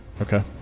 Okay